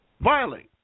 violate